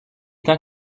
temps